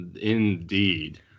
Indeed